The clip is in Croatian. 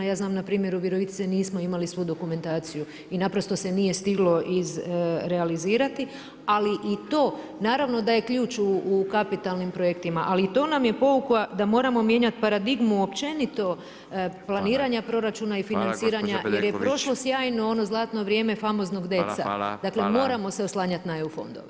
Ja znam npr. u Virovitici nismo imali svu dokumentaciju i nije se stiglo izrealizirati, ali i to naravno da je ključ u kapitalnim projektima, ali to nam je pouka da moramo mijenjati paradigmu općenito planiranja proračuna i financiranja jer je prošlo sjajno ono zlatno vrijeme famoznog … dakle moramo se oslanjati na eu fondove.